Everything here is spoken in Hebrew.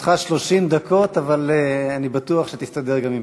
לרשותך 30 דקות, אבל אני בטוח שתסתדר גם עם פחות.